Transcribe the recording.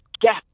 gap